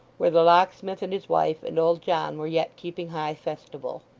where the locksmith and his wife and old john were yet keeping high festival.